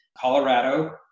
Colorado